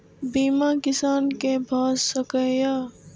बीमा किसान कै भ सके ये?